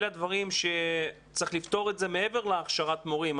אלה הדברים שצריך לפתור את זה מעבר להכשרת מורים.